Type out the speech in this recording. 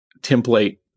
template